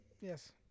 Yes